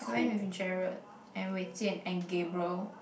I went with Gerald and Wei-Jian and Gabriel